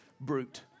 Brute